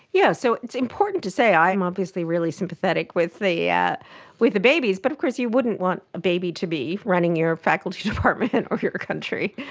yeah so it's important to say i am obviously really sympathetic with the yeah with the babies but of course you wouldn't want a baby to be running your faculty department or your country,